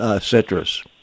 citrus